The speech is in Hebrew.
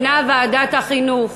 ועדת החינוך.